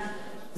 זה הזמן.